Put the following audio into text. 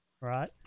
Right